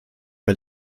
bei